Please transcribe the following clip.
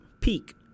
peak